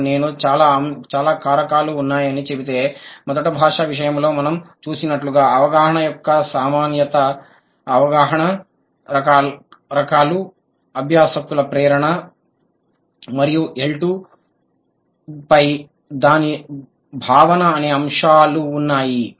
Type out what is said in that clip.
మరియు నేను చాలా కారకాలు ఉన్నాయని చెబితే మొదటి భాష విషయంలో మనం చూసినట్లుగా అవగాహన యొక్క సామాన్యత అవగాహన రకాలు అభ్యాసకుల ప్రేరణ learner's motivation మరియు L2 రెండవ భాష పై దాని భావన అనే అంశాలు ఉన్నాయి